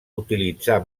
utilitzar